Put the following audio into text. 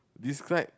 describe